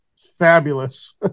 Fabulous